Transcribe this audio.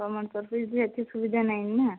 ବି ଏଠି ସୁବିଧା ନାହିଁ ନା